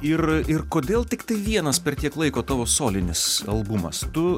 ir ir kodėl tiktai vienas per tiek laiko tavo solinis albumas tu